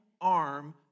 arm